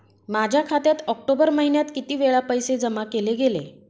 माझ्या खात्यात ऑक्टोबर महिन्यात किती वेळा पैसे जमा केले गेले?